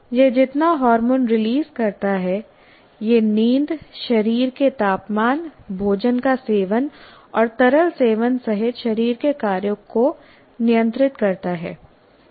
यह जितना hormone release करता है यह नींद शरीर के तापमान भोजन का सेवन और तरल सेवन सहित शरीर के कार्यों को नियंत्रित करता है